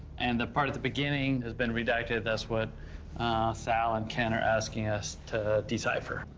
and the part at the beginning has been redacted. that's what sal and ken are asking us to decipher.